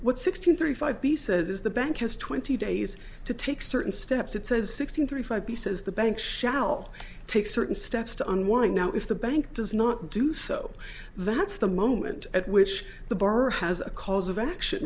what sixteen thirty five b says is the bank has twenty days to take certain steps it says sixteen thirty five b says the bank shall take certain steps to unwind now if the bank does not do so that's the moment at which the borrower has a cause of action